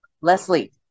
Leslie